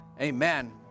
amen